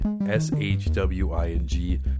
S-H-W-I-N-G